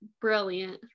brilliant